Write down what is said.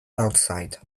outside